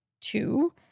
two